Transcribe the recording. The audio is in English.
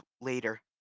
later